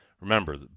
Remember